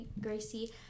Gracie